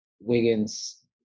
Wiggins